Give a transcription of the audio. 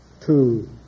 Two